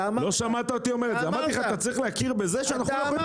אמרתי שאתה צריך להכיר בזה שאנחנו לא יכולים